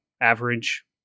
average